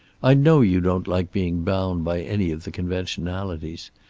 i know you don't like being bound by any of the conventionalities.